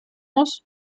muss